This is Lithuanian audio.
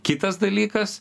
kitas dalykas